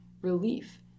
relief